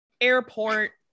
airport